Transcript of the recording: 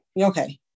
okay